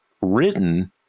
written